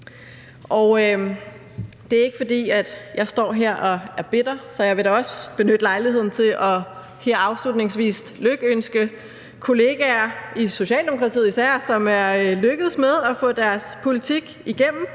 det er ikke, fordi jeg står her og er bitter, så jeg vil da også benytte lejligheden til her afslutningsvis at lykønske kolleger især i Socialdemokratiet, som er lykkedes med at få deres politik igennem.